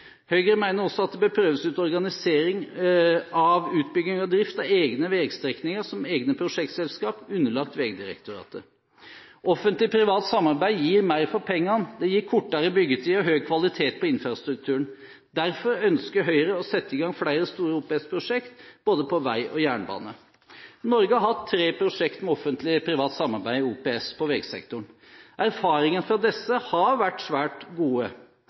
Høyre mener også at det bør prøves ut organisering av utbygging og drift av egne veistrekninger som egne prosjektselskaper underlagt Vegdirektoratet. Offentlig–privat samarbeid gir mer for pengene, kortere byggetid og høy kvalitet på infrastrukturen. Derfor ønsker Høyre å sette i gang flere store OPS-prosjekter både på vei og jernbane. Norge har hatt tre prosjekter med offentlig–privat samarbeid, OPS, på veisektoren. Erfaringene fra disse har vært svært gode.